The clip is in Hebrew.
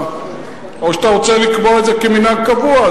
או שאתה רוצה לקבוע את זה כמנהג קבוע,